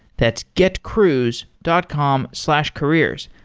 that's getcruise dot com slash careers.